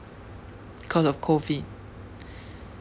cause of COVID